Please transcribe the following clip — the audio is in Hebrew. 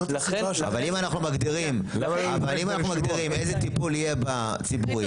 אבל אם אנחנו מגדירים איזה טיפול יהיה בציבורי,